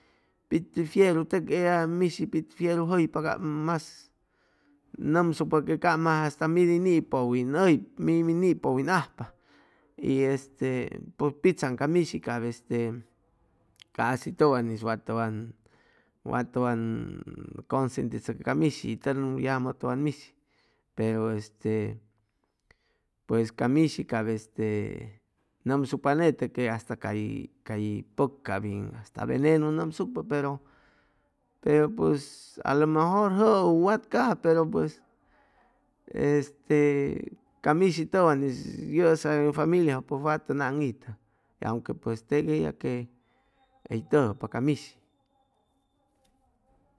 Pit pit fiuru tep ella michi pi fiuru jʉypa cap mas nʉsucpa que cap mas hasta midi ni pʉwinajpa y este pʉj pitzaŋ ca mishi cap este casi tʉwan'is wa tʉwan wa tʉwan consentichʉcʉ ca mishi tʉn yamʉ tʉwan mishi pero este pues ca mishi cap este nʉmsucpa nete que hasta cay cay pʉk cap hasta venenu nʉmsucpa pero pero pues alomejor jʉʉ u watcaja pero pues este ca mishi tʉwan'is yʉsa ye familiajʉ wa tʉn aŋitʉ aunque pues teg ella quey tʉjʉpa ca mishi